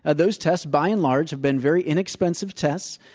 and those tests by and large have been very inexpensive tests.